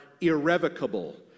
irrevocable